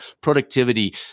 productivity